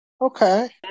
Okay